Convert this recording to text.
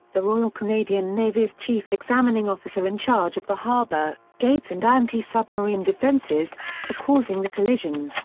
the royal canadian navy's chief examining officer in charge of the harbour, gates and anti-submarine defences, for causing the collision.